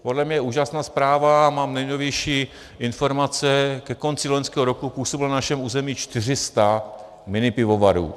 Podle mě je úžasná zpráva, a mám nejnovější informace, ke konci loňského roku působilo na našem území 400 minipivovarů.